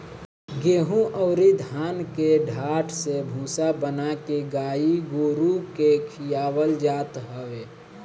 गेंहू अउरी धान के डाठ से भूसा बना के गाई गोरु के खियावल जात हवे